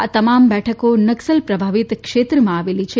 આ તમામ બેઠકો નકસલ પ્રભાવિત ક્ષેત્રમાં આવેલી છે